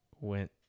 went